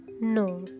no